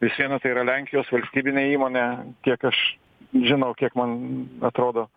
vis viena tai yra lenkijos valstybinė įmonė kiek aš žinau kiek man atrodo